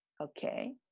okay